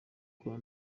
kwa